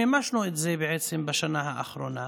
מימשנו את זה בעצם בשנה האחרונה,